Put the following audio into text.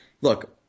look –